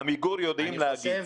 עמיגור יודעים להגיד.